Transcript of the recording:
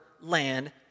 land